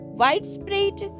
widespread